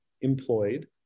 employed